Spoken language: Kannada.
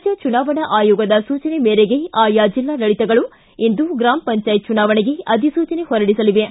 ರಾಜ್ಜ ಚುನಾವಣಾ ಆಯೋಗದ ಸೂಚನೆ ಮೇರೆಗೆ ಆಯಾ ಜಿಲ್ಲಾಡಳಿತಗಳು ಇಂದು ಗ್ರಾಮ ಪಂಚಾಯತ್ ಚುನಾವಣೆಗೆ ಅಧಿಸೂಚನೆ ಹೊರಡಿಸಲಿವೆ